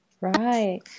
Right